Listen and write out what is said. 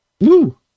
Woo